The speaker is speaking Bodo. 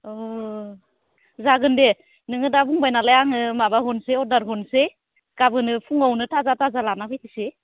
अ जागोन दे नोङो दा बुंबाय नालाय आङो माबा हरनोसै अर्डार हरनोसै गाबोनो फुङावनो थाजा थाजा लाना फैथोसै